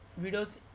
videos